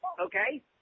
okay